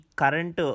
current